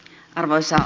karvoissa